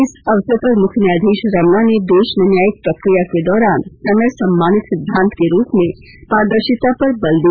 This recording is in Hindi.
इस अवसर पर मुख्य न्यायाधीश रमणा ने देश में न्यायिक प्रक्रिया के दौरान समय सम्मानित सिद्वांत के रूप में पारदर्शिता पर बल दिया